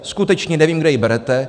Skutečně nevím, kde ji berete.